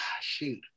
Shoot